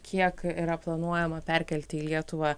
kiek yra planuojama perkelti į lietuvą